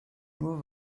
nur